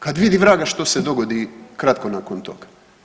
Kad vidi vraga što se dogodi kratko nakon toga.